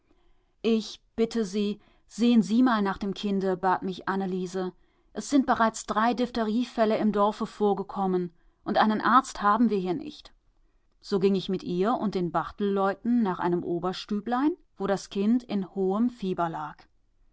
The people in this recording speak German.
ich bitte sie sehen sie mal nach dem kinde bat mich anneliese es sind bereits drei diphtheriefälle im dorfe vorgekommen und einen arzt haben wir hier nicht so ging ich mit ihr und den barthelleuten nach einem oberstüblein wo das kind in hohem fieber lag